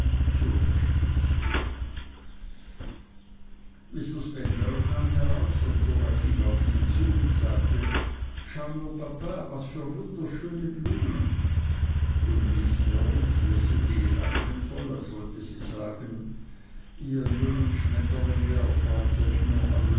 zurückgezogen mr spenlow kam heraus und dora ging auf ihn zu und sagte schau nur papa was für wunderschöne blumen und miß mills lächelte gedankenvoll als wollte sie sagen ihr jungen schmetterlinge erfreut euch nur eures